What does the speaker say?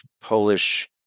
Polish